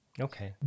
Okay